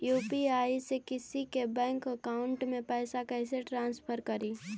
UPI से किसी के बैंक अकाउंट में पैसा कैसे ट्रांसफर करी?